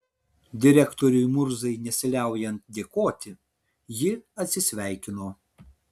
direktoriui murzai nesiliaujant dėkoti ji atsisveikino